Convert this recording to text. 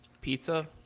Pizza